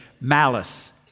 malice